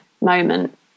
moment